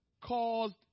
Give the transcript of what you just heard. caused